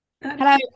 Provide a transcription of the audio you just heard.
Hello